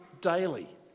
daily